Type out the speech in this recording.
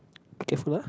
be careful ah